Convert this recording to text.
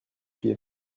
pied